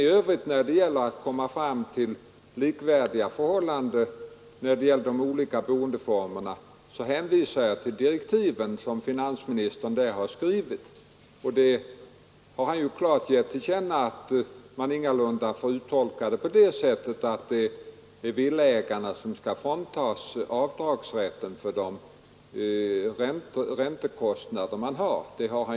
I övrigt, när det gäller att komma fram till likvärdiga förhållanden för de olika boendeformerna, hänvisar jag till de direktiv som finansministern har skrivit. Han har ju i det sammanhanget klart gett till känna att man ingalunda får uttolka det så att villaägarna skall fråntas avdragsrätten för de räntekostnader de har.